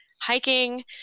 hiking